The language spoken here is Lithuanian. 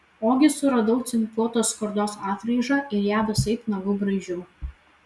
ogi suradau cinkuotos skardos atraižą ir ją visaip nagu braižiau